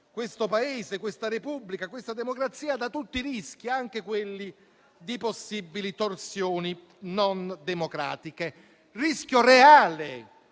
questo Paese, questa Repubblica, questa democrazia da tutti i rischi, anche quelli di possibili torsioni non democratiche. Rischio reale,